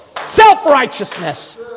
Self-righteousness